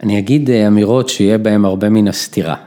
אני אגיד אה, אמירות, שיהיה בהם הרבה מין הסתירה.